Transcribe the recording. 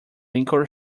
liquor